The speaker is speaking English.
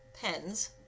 pens